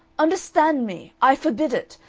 understand me! i forbid it.